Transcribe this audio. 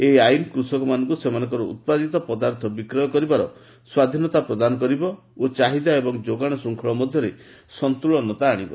ଏହି ଆଇନ କୃଷକମାନଙ୍କୁ ସେମାନଙ୍କର ଉତ୍ପାଦିତ ପଦାର୍ଥ ବିକ୍ରୟ କରିବାର ସ୍ୱାଧୀନତା ପ୍ରଦାନ କରିବ ଓ ଚାହିଦା ଏବଂ ଯୋଗାଣ ଶୃଙ୍ଖଳ ମଧ୍ୟରେ ସନ୍ତୁଳନତା ଆଶିବ